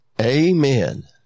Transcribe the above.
Amen